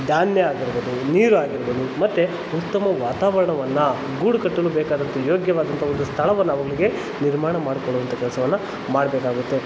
ಧಾನ್ಯ ಆಗಿರ್ಬೋದು ನೀರು ಆಗಿರ್ಬೋದು ಮತ್ತೆ ಉತ್ತಮ ವಾತಾವರಣವನ್ನು ಗೂಡು ಕಟ್ಟಲು ಬೇಕಾದಂಥ ಯೋಗ್ಯವಾದಂಥ ಒಂದು ಸ್ಥಳವನ್ನು ಅವುಗಳಿಗೆ ನಿರ್ಮಾಣ ಮಾಡ್ಕೊಳುವಂಥ ಕೆಲಸವನ್ನ ಮಾಡ್ಬೇಕಾಗುತ್ತೆ